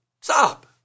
Stop